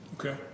okay